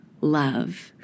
love